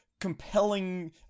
compelling